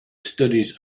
studies